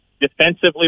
defensively